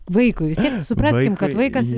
vaikui vis tiek supraskim kad vaikas